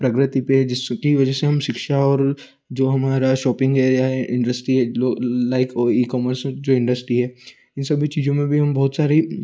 प्रगति पर है जिसकी वजह से हम शिक्षा और जो हमारा शॉपिंग है या इंडस्टी है लाइक ओ ई कॉमर्स जो इंडस्टी है इन सभी चीज़ों में भी हम बहुत सारी